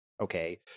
okay